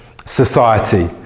society